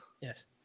Yes